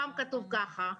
פעם כתוב ככה.